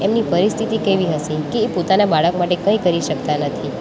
તેની પરિસ્થિતિ કેવી હશે કે એ પોતાના બાળક માટે કંઈ કરી શકતા નથી